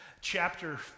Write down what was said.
chapter